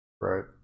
Right